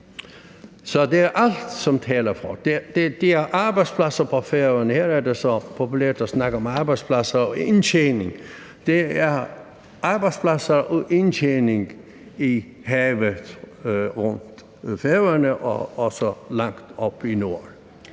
Så det er alt, som taler for det. Det er arbejdspladser på Færøerne. Her er det så populært at snakke om arbejdspladser og indtjening, og der er arbejdspladser og indtjening i havet rundt om Færøerne og så langt oppe i nord.